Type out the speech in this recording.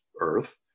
earth